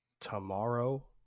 tomorrow